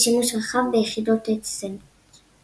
ושימוש רחב ביחידות עץ סנדוויץ'.